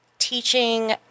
teaching